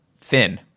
thin